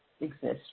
exist